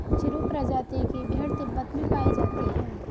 चिरु प्रजाति की भेड़ तिब्बत में पायी जाती है